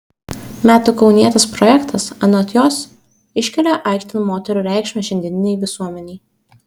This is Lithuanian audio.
metų kaunietės projektas anot jos iškelia aikštėn moterų reikšmę šiandieninei visuomenei